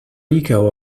ego